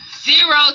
Zero